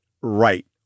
right